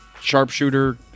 sharpshooter